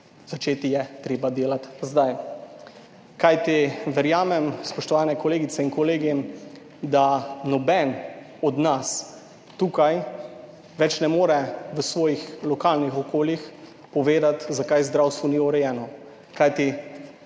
začeti je treba delati zdaj. Kajti verjamem, spoštovane kolegice in kolegi, da noben od nas tukaj več ne more v svojih lokalnih okoljih povedati zakaj zdravstvo ni urejeno. Kajti,